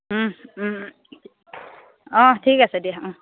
অঁ ঠিক আছে দিয়া অঁ